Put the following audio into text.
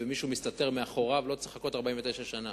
שמי שמסתתר מאחוריו לא צריך לחכות 49 שנה.